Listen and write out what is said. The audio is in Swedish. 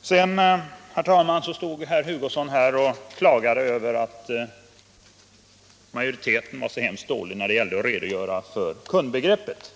Sedan, herr talman, klagade herr Hugosson över att majoriteten var så dålig när det gällde att redogöra för kundbegreppet.